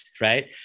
right